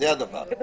כן.